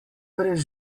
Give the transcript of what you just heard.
brez